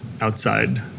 outside